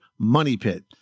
MONEYPIT